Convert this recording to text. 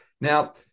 Now